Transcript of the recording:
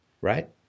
right